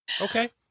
Okay